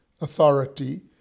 authority